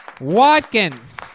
Watkins